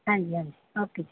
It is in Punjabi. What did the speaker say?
ਹਾਂਜੀ ਹਾਂਜੀ ਓਕੇ ਜੀ